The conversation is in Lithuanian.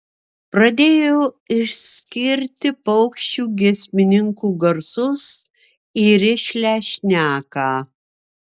pradėjo išskirti paukščių giesmininkų garsus į rišlią šneką